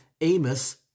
Amos